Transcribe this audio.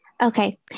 Okay